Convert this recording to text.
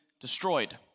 destroyed